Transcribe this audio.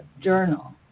journal